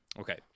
Okay